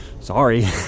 Sorry